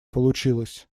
получилась